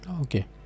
Okay